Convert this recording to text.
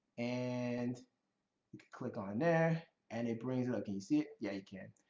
and you can click on there, and it brings up can you see it? yeah you can.